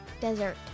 Desert